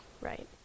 right